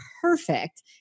perfect